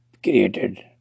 created